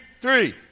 three